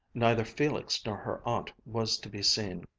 neither felix nor her aunt was to be seen.